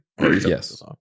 Yes